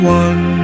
one